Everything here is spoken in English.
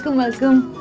welcome!